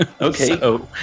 Okay